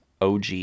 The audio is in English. OG